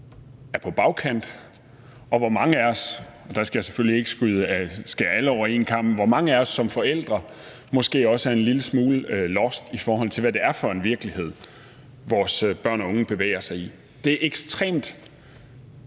er på bagkant, og hvor mange af os som forældre – og der skal jeg selvfølgelig ikke skære alle over en kam – måske også er en lille smule lost, i forhold til hvad det er for en virkelighed, vores børn og unge bevæger sig i. Det er en helt